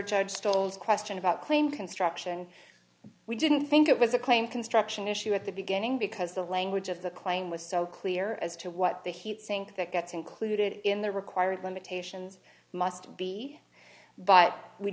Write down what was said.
judge stolz question about claim construction we didn't think it was a claim construction issue at the beginning because the language of the claim was so clear as to what the heat sink that gets included in the required limitation must be but we